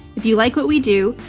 if you like what we do,